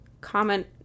comment